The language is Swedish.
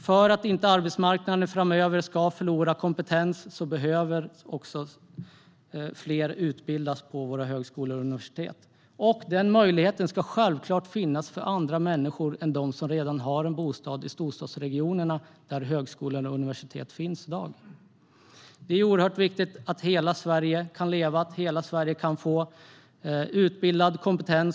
För att arbetsmarknaden framöver inte ska förlora kompetens behöver fler utbildas på våra högskolor och universitet. Den möjligheten ska självklart finnas för andra människor än de som redan har en bostad i storstadsregionerna där högskolor och universitet finns i dag. Det är oerhört viktigt att hela Sverige kan leva och att hela Sverige kan få utbildade och kompetenta människor.